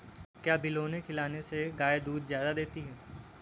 क्या बिनोले खिलाने से गाय दूध ज्यादा देती है?